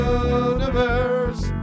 universe